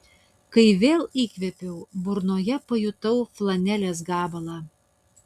kai vėl įkvėpiau burnoje pajutau flanelės gabalą